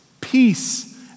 peace